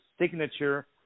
signature